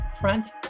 Front